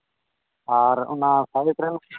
ᱟᱨ ᱚᱱᱟ ᱥᱟᱭᱤᱴ ᱨᱮᱢ